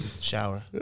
shower